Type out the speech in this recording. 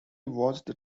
watched